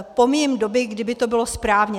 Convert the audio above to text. Pomíjím doby, kdy by to bylo správně.